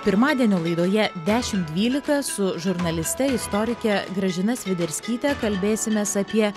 pirmadienio laidoje dešimt dvylika su žurnaliste istorike gražina sviderskytė kalbėsimės apie